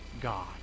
God